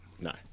No